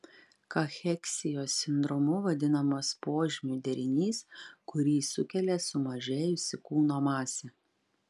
kacheksijos sindromu vadinamas požymių derinys kurį sukelia sumažėjusi kūno masė